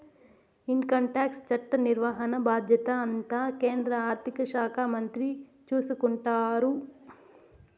income tax చట్ట నిర్వహణ బాధ్యత అంతా కేంద్ర ఆర్థిక శాఖ మంత్రి చూసుకుంటారు